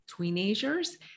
teenagers